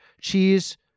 cheese